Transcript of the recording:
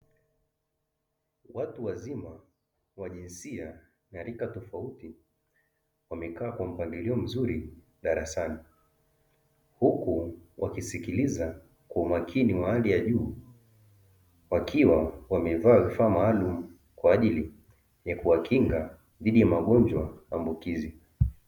Watu wazima wa jinsia na rika tofauti wamekaa kwa mpangilio mzuri darasani. Huku wakisikiliza kwa umakini wa hali ya juu wakiwa wamevaa vifaa maalumu, kwa ajili ya kuwakinga dhidi ya magonjwa ambukizi.